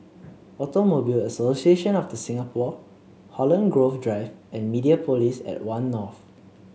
Automobile Association of The Singapore Holland Grove Drive and Mediapolis at One North